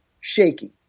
shaky